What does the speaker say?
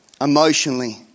Emotionally